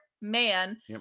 man